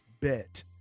Bet